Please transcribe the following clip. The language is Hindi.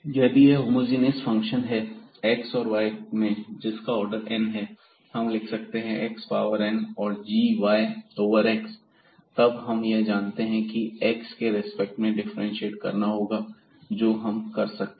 यदि यह होमोजीनियस फंक्शन है x और y में जिसका आर्डर n है हम लिख सकते हैं x पावर n और gy ओवर x और तब हम यह जानते हैं कि हमें x के रिस्पेक्ट में डिफ्रेंशिएट करना होगा जो हम कर सकते हैं